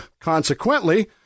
consequently